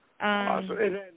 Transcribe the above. Awesome